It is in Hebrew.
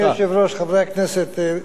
אדוני היושב-ראש, חברי הכנסת,